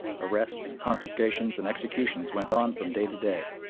arrests, confiscations, and executions went on from day to day,